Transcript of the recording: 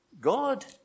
God